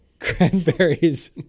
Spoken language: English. Cranberries